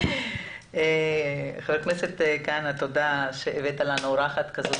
חבר הכנסת כהנא, תודה רבה שהבאת לנו אורחת כזאת.